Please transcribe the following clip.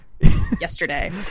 yesterday